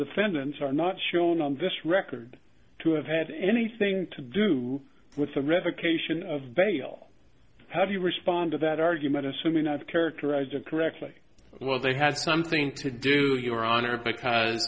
defendants are not shown on this record to have had anything to do with the revocation of bail how do you respond to that argument assuming i've characterized it correctly well they had something to do your honor because